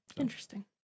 Interesting